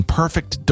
perfect